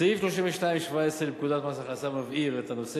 סעיף 32(17) לפקודת מס הכנסה מבהיר את הנושא